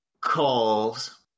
calls